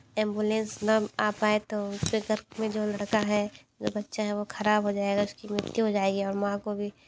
ambulance ना आ पाए तो उसके गर्भ में जो लड़का है जो बच्चा है वो खराब हो जाएगा उसकी मृत्यु हो जाएगी और माँ को भी